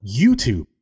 YouTube